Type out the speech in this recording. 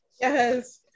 yes